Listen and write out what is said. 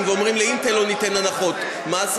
ואומרים: ל"אינטל" לא ניתן הנחות מס,